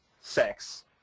sex